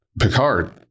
Picard